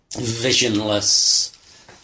visionless